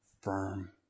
firm